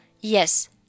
Yes